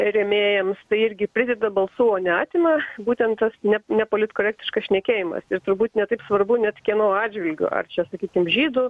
rėmėjams tai irgi prideda balsų o neatima būtent tas ne nepolitkorektiškas šnekėjimas ir turbūt ne taip svarbu net kieno atžvilgiu ar čia sakykim žydų